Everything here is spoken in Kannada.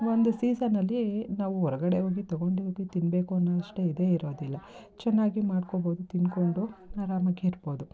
ಒಂದು ಸೀಝನ್ ಅಲ್ಲಿ ನಾವು ಹೊರ್ಗಡೆ ಹೋಗಿ ತಗೊಂಡು ಹೋಗಿ ತಿನ್ನಬೇಕು ಅನ್ನೋ ಅಷ್ಟು ಇದೆ ಇರೋದಿಲ್ಲ ಚೆನ್ನಾಗಿ ಮಾಡ್ಕೊಳ್ಬೋದು ತಿಂದ್ಕೊಂಡು ಆರಾಮಾಗಿರ್ಬೋದು